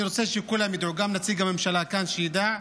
אני רוצה שכולם ידעו, גם נציג הממשלה כאן שידע,